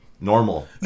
normal